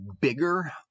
bigger